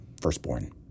firstborn